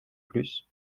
plus